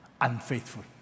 unfaithful